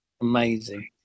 Amazing